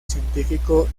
científico